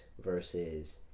versus